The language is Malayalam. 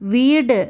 വീട്